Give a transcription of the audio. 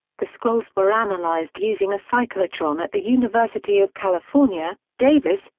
the scrolls were analyzed using a cyclotron at the university of california, davis,